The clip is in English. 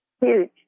Huge